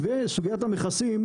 סוגיית המכסים,